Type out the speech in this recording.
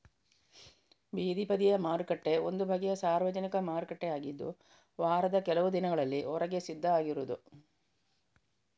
ಬೀದಿ ಬದಿಯ ಮಾರುಕಟ್ಟೆ ಒಂದು ಬಗೆಯ ಸಾರ್ವಜನಿಕ ಮಾರುಕಟ್ಟೆ ಆಗಿದ್ದು ವಾರದ ಕೆಲವು ದಿನಗಳಲ್ಲಿ ಹೊರಗೆ ಸಿದ್ಧ ಆಗಿರುದು